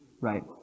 right